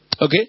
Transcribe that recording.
Okay